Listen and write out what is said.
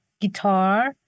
guitar